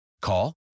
Call